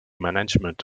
management